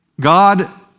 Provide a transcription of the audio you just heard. God